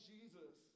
Jesus